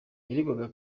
yaregwaga